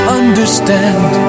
understand